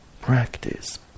practice